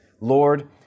Lord